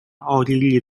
奥地利